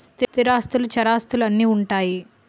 స్థిరాస్తులు చరాస్తులు అని ఉంటాయి